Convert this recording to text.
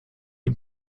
dem